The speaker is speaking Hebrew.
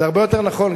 זה הרבה יותר נכון.